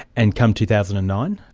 and come two thousand and nine?